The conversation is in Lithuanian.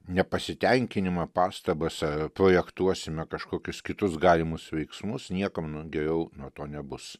nepasitenkinimą pastabas ar projektuosime kažkokius kitus galimus veiksmus niekam nu geriau nuo to nebus